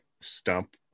stump